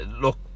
look